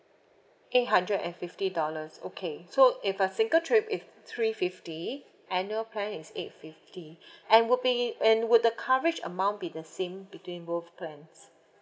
eight hundred and fifty dollars okay so if a single trip is three fifty annual plan is eight fifty and would be and would the coverage amount be the same between both plans